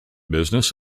business